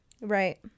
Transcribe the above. Right